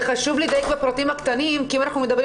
וחשוב לדייק בפרטים הקטנים כי אם אנחנו מדברים